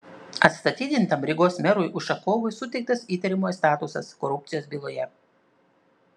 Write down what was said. atstatydintam rygos merui ušakovui suteiktas įtariamojo statusas korupcijos byloje